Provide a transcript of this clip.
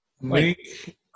Make